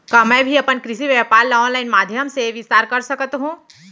का मैं भी अपन कृषि व्यापार ल ऑनलाइन माधयम से विस्तार कर सकत हो?